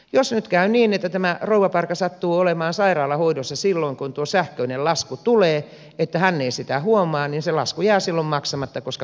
jos nyt käy niin että tämä rouvaparka sattuu olemaan sairaalahoidossa silloin kun tuo sähköinen lasku tulee että hän ei sitä huomaa niin se lasku jää silloin maksamatta koska paperiversiota ei tule